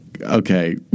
Okay